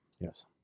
Yes